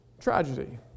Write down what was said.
tragedy